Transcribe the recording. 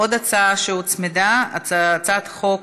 עוד הצעה שהוצמדה, הצעת חוק